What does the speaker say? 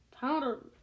Powder